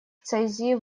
цезии